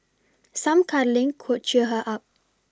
some cuddling could cheer her up